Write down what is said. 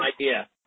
idea